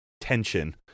tension